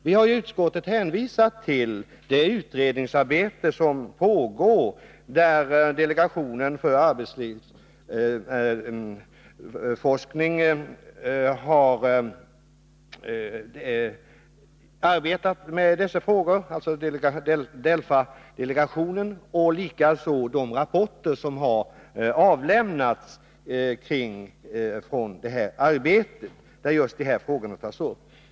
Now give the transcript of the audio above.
Vi har i utskottet hänvisat till det utredningsarbete som pågår inom delegationen för arbetstidsfrågor, DEL FA, och till de rapporter som delegationen hittilis har lämnat.